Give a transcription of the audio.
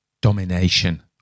domination